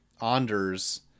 Anders